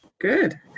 good